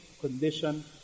condition